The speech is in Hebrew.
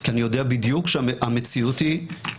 כי אני יודע בדיוק שהמציאות היא אחרת.